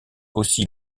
aussi